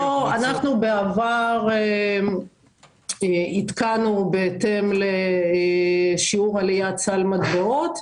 בעבר עדכנו בהתאם לשיעור עליית סל מטבעות.